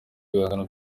bihangano